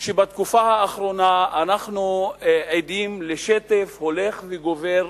כי בתקופה האחרונה אנו עדים לשטף הולך וגובר